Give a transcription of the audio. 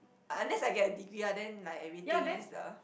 unless I get a degree lah then like that everything is uh